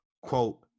quote